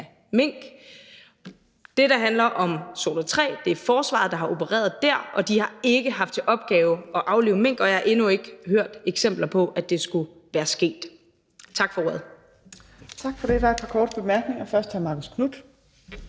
mink. Der, hvor det handler om zone 3, er det forsvaret, der har opereret, og de har ikke haft til opgave at aflive mink, og jeg har endnu ikke hørt om eksempler på, at det skulle være sket. Tak for ordet. Kl. 14:17 Fjerde næstformand (Trine Torp): Tak for det.